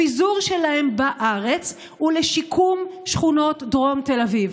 לפיזור שלהם בארץ ולשיקום שכונות דרום תל אביב.